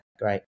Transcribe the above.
great